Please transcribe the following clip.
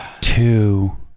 Two